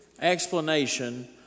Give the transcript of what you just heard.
explanation